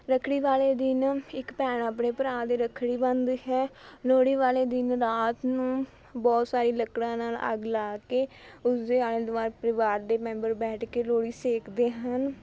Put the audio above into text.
ਰੱਖੜੀ ਵਾਲੇ ਦਿਨ ਇੱਕ ਭੈਣ ਆਪਣੇ ਭਰਾ ਦੇ ਰੱਖਣੀ ਬੰਨਦੀ ਹੈ ਲੋਹੜੀ ਵਾਲੇ ਦਿਨ ਰਾਤ ਨੂੰ ਬਹੁਤ ਸਾਰੀ ਲੱਕੜਾਂ ਨਾਲ ਅੱਗ ਲਾ ਕੇ ਉਸਦੇ ਆਲੇ ਦੁਆਲੇ ਪਰਿਵਾਰ ਦੇ ਮੈਂਬਰ ਬੈਠ ਕੇ ਲੋਹੜੀ ਸੇਕਦੇ ਹਨ